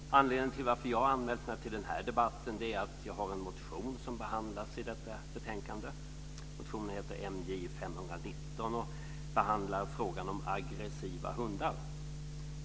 Fru talman! Anledningen till varför jag har anmält mig till den här debatten är att jag har en motion som behandlas i detta betänkande, MJ519. Motionen behandlar frågan om aggressiva hundar.